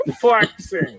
flexing